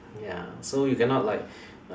ya so you cannot like